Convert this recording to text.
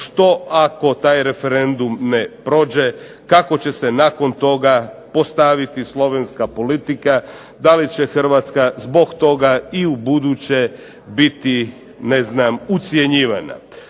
što ako taj referendum ne prođe kako će se nakon toga postaviti Slovenska politika, da li će Hrvatska zbog toga i ubuduće biti ucjenjivana.